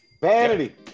vanity